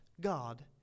God